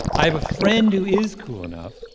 i have a friend who is cool enough.